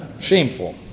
Shameful